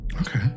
Okay